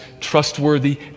trustworthy